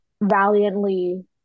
valiantly